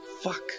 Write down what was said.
Fuck